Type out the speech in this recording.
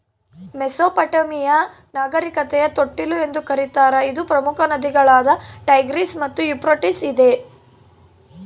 Mesopotamia ನಾಗರಿಕತೆಯ ತೊಟ್ಟಿಲು ಎಂದು ಕರೀತಾರ ಇದು ಪ್ರಮುಖ ನದಿಗಳಾದ ಟೈಗ್ರಿಸ್ ಮತ್ತು ಯೂಫ್ರಟಿಸ್ ಇದೆ